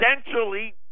essentially